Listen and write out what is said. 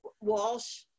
Walsh